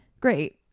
Great